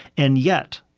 and yet,